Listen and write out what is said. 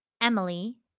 Emily